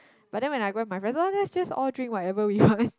but then when I go with my friends oh let's just all drink whatever we want